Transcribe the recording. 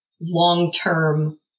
long-term